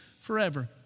forever